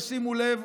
תשימו לב,